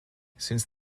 since